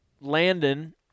Landon –